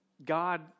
God